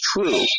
true